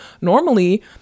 Normally